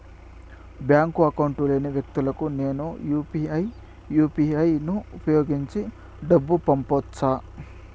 Bank account లేని వ్యక్తులకు నేను యు పి ఐ యు.పి.ఐ ను ఉపయోగించి డబ్బు పంపొచ్చా?